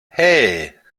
hey